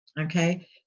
okay